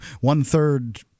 one-third